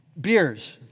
beers